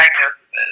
diagnoses